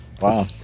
wow